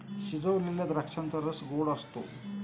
शिजवलेल्या द्राक्षांचा रस गोड असतो